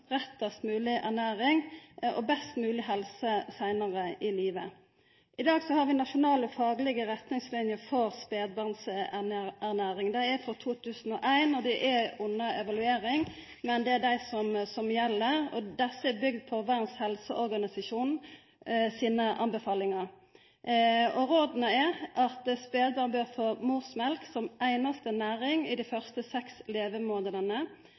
og best mogleg helse seinare i livet. I dag har vi nasjonale faglege retningsliner for spedbarnsernæring. Dei er frå 2001, og dei er under evaluering, men det er dei som gjeld, og desse er bygde på anbefalingane til Verdas helseorganisasjon. Råda er at spedbarn bør få morsmjølk som einaste næring i dei første seks levemånadene.